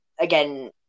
again